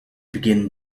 begin